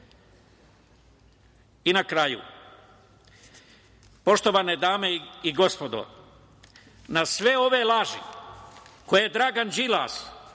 kraju, poštovane dame i gospodo, na sve ove laži koje Dragan Đilas